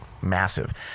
Massive